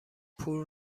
پول